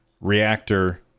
Reactor